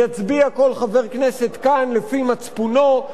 יצביע כל חבר כנסת כאן לפי מצפונו,